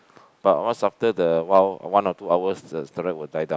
but once after the one one or two hour the steroid will die down